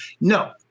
No